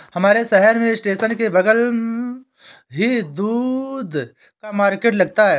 हमारे शहर में स्टेशन के बगल ही दूध का मार्केट लगता है